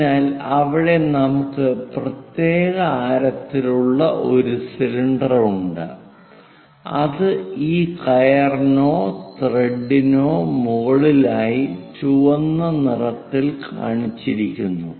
അതിനാൽ ഇവിടെ നമുക്ക് പ്രത്യേക ആരത്തിലുള്ള ഒരു സിലിണ്ടർ ഉണ്ട് അത് ഈ കയറിനോ ത്രെഡിനോ മുകളിലായി ചുവന്ന നിറത്തിൽ കാണിചിരിക്കുന്നു